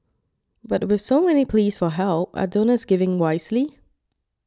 but with so many pleas for help are donors giving wisely